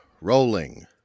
rolling